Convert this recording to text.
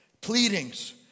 Pleadings